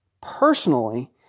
personally